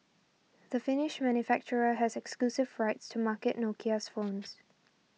the Finnish manufacturer has exclusive rights to market Nokia's phones